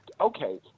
Okay